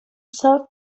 self